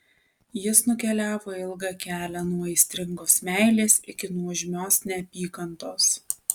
jis nukeliavo ilgą kelią nuo aistringos meilės iki nuožmios neapykantos